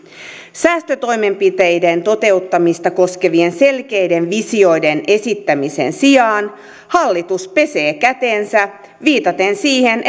säästötoimenpiteiden toteuttamista koskevien selkeiden visioiden esittämisen sijaan hallitus pesee kätensä viitaten siihen